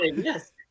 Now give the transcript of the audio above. Yes